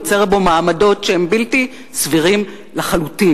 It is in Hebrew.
יוצר בו מעמדות שהם בלתי סבירים לחלוטין.